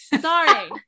Sorry